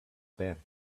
ben